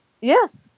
Yes